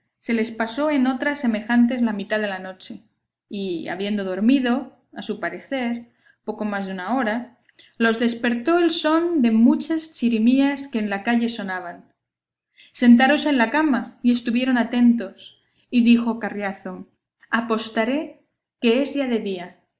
se les pasó en otras semejantes la mitad de la noche y habiendo dormido a su parecer poco más de una hora los despertó el son de muchas chirimías que en la calle sonaban sentáronse en la cama y estuvieron atentos y dijo carriazo apostaré que es ya de día